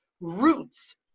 roots